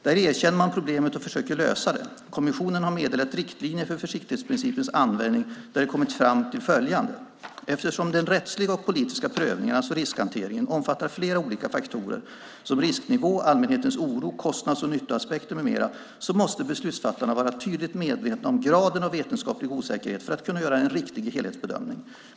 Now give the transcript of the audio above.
Där erkänner man problemet och försöker lösa det. Kommissionen har meddelat riktlinjer för försiktighetsprincipens användning där den kommit fram till att eftersom den rättsliga och politiska prövningen, alltså riskhanteringen, omfattar flera olika faktorer, som risknivå, allmänhetens oro, kostnads och nyttoaspekter med mera, måste beslutsfattarna vara tydligt medvetna om graden av vetenskaplig osäkerhet för att kunna göra en riktig helhetsbedömning.